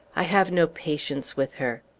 i have no patience with her.